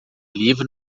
livro